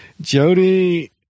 Jody